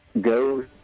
go